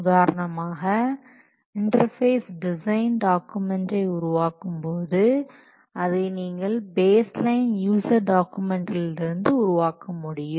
உதாரணமாக interface design டாக்குமென்ட்ஸை உருவாக்கும்போது அதை நீங்கள் பேஸ் லைன் யூசர் டாக்குமெண்டில் இருந்து உருவாக்க முடியும்